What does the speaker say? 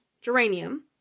geranium